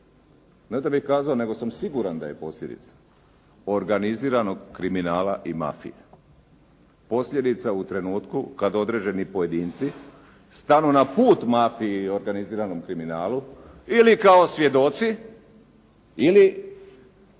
ne da bih kazao, nego sam siguran da je posljedica organiziranog kriminala i mafije. Posljedica u trenutku kada određeni pojedinci stanu na put mafiji i organiziranom kriminalu ili kao svjedoci ili